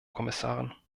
kommissarin